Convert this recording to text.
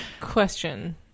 Question